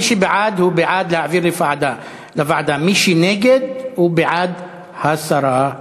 מי שבעד, הוא בעד להעביר לוועדה.